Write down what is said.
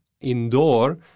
indoor